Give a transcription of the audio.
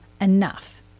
enough